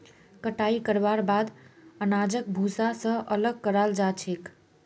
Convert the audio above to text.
कटाई करवार बाद अनाजक भूसा स अलग कराल जा छेक